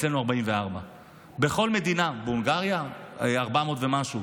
אצלנו 44. בהונגריה, 400 ומשהו.